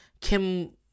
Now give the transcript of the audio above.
Kim